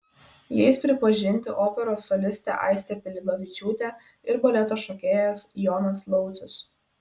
jais pripažinti operos solistė aistė pilibavičiūtė ir baleto šokėjas jonas laucius